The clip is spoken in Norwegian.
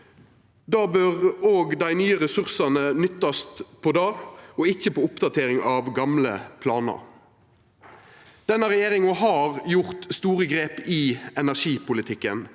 Då bør òg dei nye ressursane nyttast til det, og ikkje til oppdateringa av gamle planar. Denne regjeringa har teke store grep i energipolitikken.